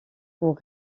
pour